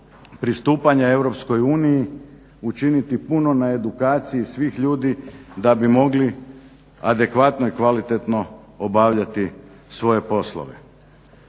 pristupanja Europskoj uniji učiniti puno na edukaciji svih ljudi da bi mogli adekvatno i kvalitetno obavljati svoje poslove.